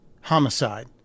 homicide